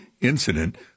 incident